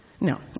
No